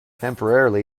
temporarily